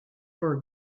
for